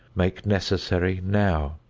make necessary now.